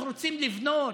אנחנו רוצים לבנות,